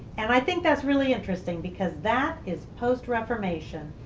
and i think that's really interesting because that is post reformation.